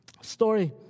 story